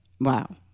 Wow